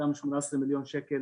שמאותם 18 מיליון שקל